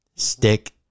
stick